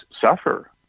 suffer